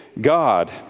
God